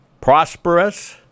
prosperous